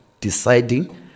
deciding